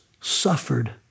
suffered